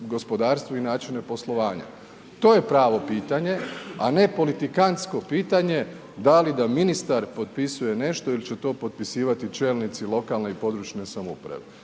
gospodarstvu i načine poslovanja, to je pravo pitanje, a ne politikantsko pitanje da li da ministar potpisuje nešto il će to potpisivati čelnici lokalne i područne samouprave,